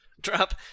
Drop-